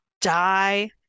die